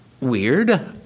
weird